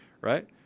right